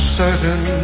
certain